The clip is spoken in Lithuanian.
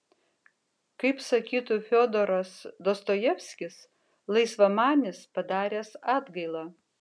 kaip sakytų fiodoras dostojevskis laisvamanis padaręs atgailą